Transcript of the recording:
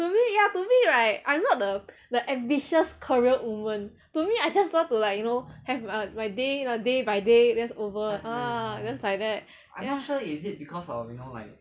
to me ya to me right I'm not the the ambitious career woman to me I just want to like you know have a my day by day by day just over !huh! you know just like that